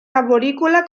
arborícola